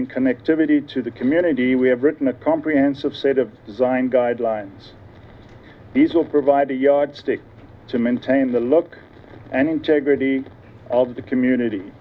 in connectivity to the community we have written a comprehensive set of design guidelines these will provide a yardstick to maintain the look and integrity of the community